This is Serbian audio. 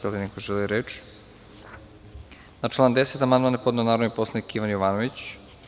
Da li neko želi reč? (Ne) Na član 10. amandman je podneo narodni poslanik Ivan Jovanović.